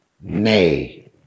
Nay